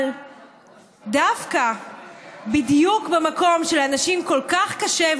אבל דווקא בדיוק במקום שלאנשים כל כך קשה,